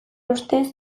ustez